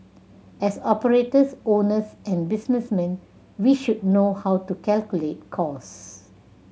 as operators owners and businessmen we should know how to calculate costs